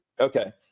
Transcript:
okay